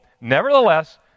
nevertheless